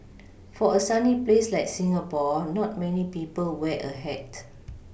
for a sunny place like Singapore not many people wear a hat